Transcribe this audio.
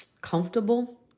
comfortable